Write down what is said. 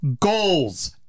goals